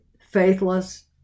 faithless